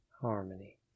Harmony